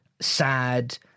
sad